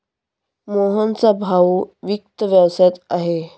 मोहनचा भाऊ वित्त व्यवसायात आहे